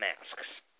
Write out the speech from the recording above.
masks